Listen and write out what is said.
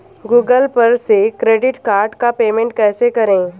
Google पर से credit card का पेमेंट कैसे करें?